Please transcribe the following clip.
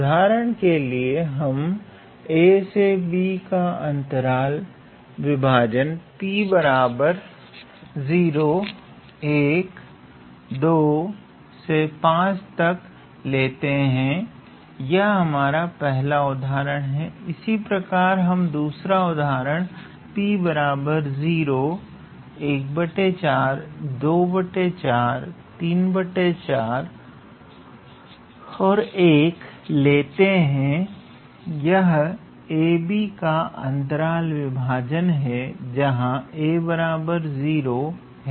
उदाहरण के लिए हम a से b का अंतराल विभाजन 𝑃012 से 5 तक लेते हैं यह पहला उदाहरण है इसी प्रकार हम दूसरा उदाहरण लेते हैं यह a से b का अंतराल विभाजन है जहां a 0 है व b1 है